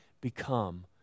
become